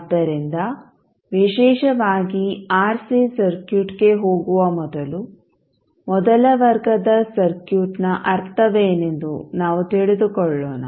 ಆದ್ದರಿಂದ ವಿಶೇಷವಾಗಿ ಆರ್ಸಿ ಸರ್ಕ್ಯೂಟ್ಗೆ ಹೋಗುವ ಮೊದಲು ಮೊದಲ ವರ್ಗದ ಸರ್ಕ್ಯೂಟ್ನ ಅರ್ಥವೇನೆಂದು ನಾವು ತಿಳಿದುಕೊಳ್ಳೋಣ